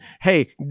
Hey